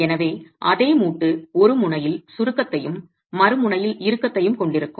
எனவே அதே மூட்டு ஒரு முனையில் சுருக்கத்தையும் மறுமுனையில் இறுக்கத்தையும் கொண்டிருக்கும்